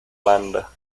banda